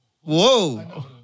Whoa